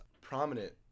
prominent